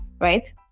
right